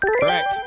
Correct